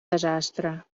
desastre